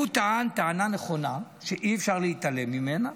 הוא טען טענה נכונה שאי-אפשר להתעלם ממנה,